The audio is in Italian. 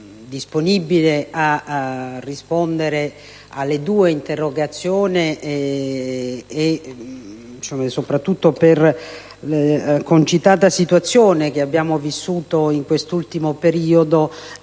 disponibile a rispondere alle due interrogazioni, anche se, soprattutto per la concitata situazione che abbiamo vissuto in quest'ultimo periodo,